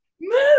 move